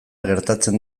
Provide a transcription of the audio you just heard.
gertatzen